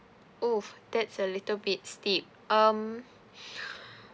oh that's a little bit steep um